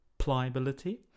Pliability